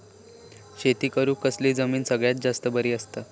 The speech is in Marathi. शेती करुक कसली जमीन सगळ्यात जास्त बरी असता?